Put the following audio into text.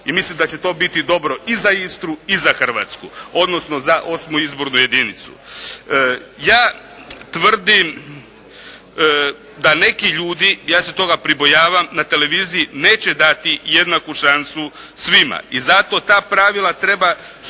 I mislim da će to biti dobro i za Istru i za Hrvatsku odnosno za Osmu izbornu jedinicu. Ja tvrdim da neki ljudi, ja se toga pribojavam, na televiziji neće dati jednaku šansu svima. I zato ta pravila treba strogi,